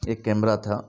ایک کیمرہ تھا